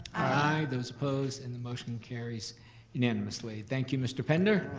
i. those opposed? and the motion carries unanimously. thank you, mr. pender.